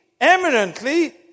Eminently